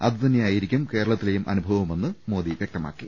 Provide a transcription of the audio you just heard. അതുതന്നെയായിരിക്കും കേരളത്തിലെയും അനുഭവമെന്ന് മോദി വ്യക്തമാക്കി